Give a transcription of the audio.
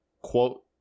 quote